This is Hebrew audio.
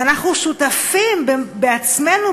ואנחנו שותפים בעצמנו,